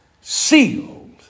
sealed